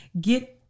get